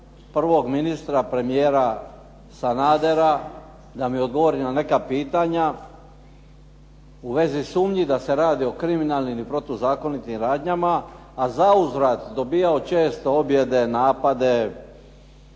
prvog ministra premijera Sanadera da mi odgovori na neka pitanja u vezi sumnji da se radi o kriminalnim i protuzakonitim radnjama, a zauzvrat dobivao često objede, napade,